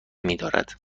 میدارد